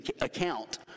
account